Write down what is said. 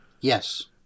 Yes